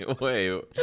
Wait